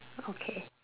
okay